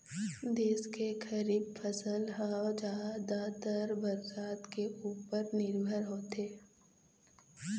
देश के खरीफ फसल ह जादातर बरसा के उपर निरभर होथे